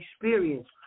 experience